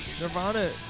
Nirvana